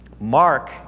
Mark